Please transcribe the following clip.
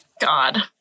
God